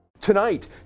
Tonight